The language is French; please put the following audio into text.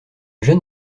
jeune